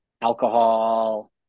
alcohol